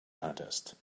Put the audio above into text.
contest